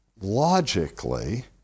logically